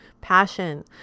passion